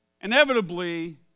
inevitably